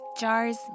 jars